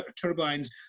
turbines